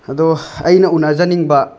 ꯑꯗꯣ ꯑꯩꯅ ꯎꯅꯖꯅꯤꯡꯕ